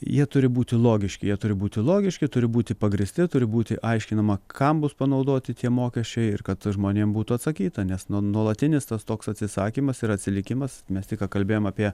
jie turi būti logiški jie turi būti logiški turi būti pagrįsti turi būti aiškinama kam bus panaudoti tie mokesčiai ir kad žmonėm būtų atsakyta nes nuo nuolatinis tas toks atsisakymas ir atsilikimas mes tik ką kalbėjom apie